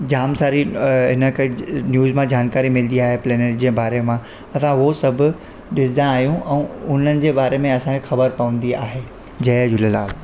जाम सारी अ इनखे न्यूज़ मां ज़ानकारी मिलंदी आहे प्लेनिट जे बारे मां असां उहो सभु ॾिसंदा आहियूं ऐं उन्हनि जे बारे में असांखे ख़बर पवंदी आहे जय झूलेलाल